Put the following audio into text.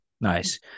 Nice